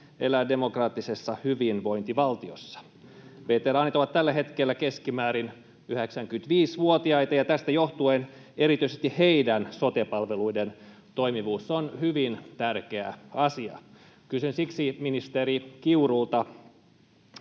elää demokraattisessa hyvinvointivaltiossa. Veteraanit ovat tällä hetkellä keskimäärin 95-vuotiaita, ja tästä johtuen erityisesti heidän sote-palveluidensa toimivuus on hyvin tärkeä asia. Kysyn siksi ministeri Kiurulta: